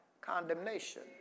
Condemnation